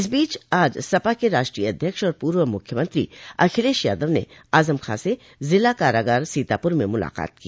इस बीच आज सपा के राष्ट्रीय अध्यक्ष और पूर्व मूख्यमंत्री अखिलेश यादव ने आजम खां से जिला कारागार सीतापुर में मुलाकात की